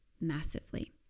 massively